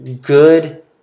good